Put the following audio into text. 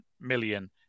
million